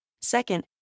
Second